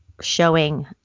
showing